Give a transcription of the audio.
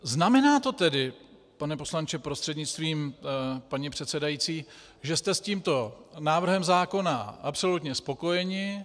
Znamená to tedy, pane poslanče prostřednictvím paní předsedající, že jste s tímto návrhem zákona absolutně spokojeni?